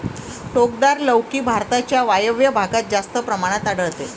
टोकदार लौकी भारताच्या वायव्य भागात जास्त प्रमाणात आढळते